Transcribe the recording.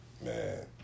Man